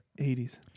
80s